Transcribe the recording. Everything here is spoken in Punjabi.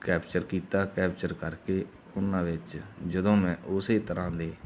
ਕੈਪਚਰ ਕੀਤਾ ਕੈਪਚਰ ਕਰਕੇ ਉਹਨਾਂ ਵਿੱਚ ਜਦੋਂ ਮੈਂ ਉਸੇ ਤਰ੍ਹਾਂ ਦੇ